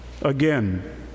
Again